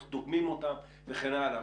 איך דוגמים אותם וכן הלאה.